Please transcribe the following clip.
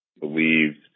believed